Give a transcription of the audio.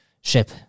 ship